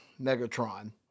Megatron